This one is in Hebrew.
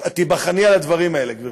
את תיבחני על הדברים האלה, גברתי.